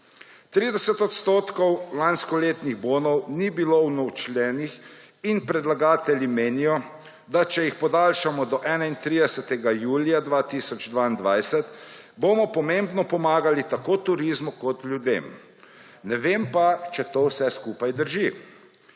30 % lanskoletnih bonov ni bilo vnovčenih in predlagatelji menijo, da če jih podaljšamo do 31. julija 2022, bomo pomembno pomagali tako turizmu kot ljudem. Ne vem pa, če to vse skupaj drži.